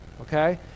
okay